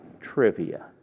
trivia